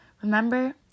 Remember